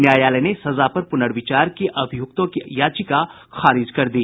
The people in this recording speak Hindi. न्यायालय ने सजा पर पुनर्विचार की अभियुक्तों की याचिका खारिज कर दी